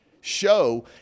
show